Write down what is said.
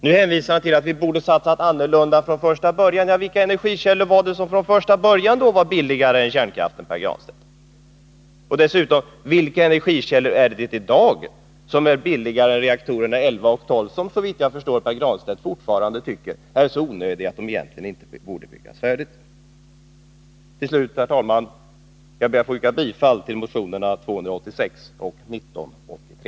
Nu hänvisar han till att vi borde ha satsat annorlunda från första början. Vilka energikällor var det som från första början var billigare än kärnkraften, Pär Granstedt? Och som sagt: Vilka energikällor är i dag billigare än reaktorerna 11 och 12 som, såvitt jag förstår, Pär Granstedt fortfarande tycker är så onödiga att de egentligen inte borde byggas färdigt? Till slut, herr talman, ber jag att få yrka bifall till motionerna 286 och 1983.